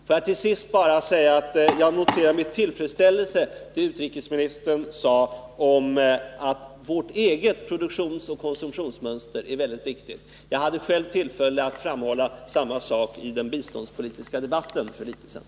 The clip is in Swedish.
Jag vill till sist säga att jag med tillfredsställelse noterar det utrikesministern sade om att vårt eget produktionsoch konsumtionsmönster är mycket viktigt. Jag hade själv tillfälle att framhålla samma sak vid den biståndspolitiska debatten för kort tid sedan.